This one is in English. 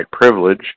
privilege